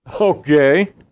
Okay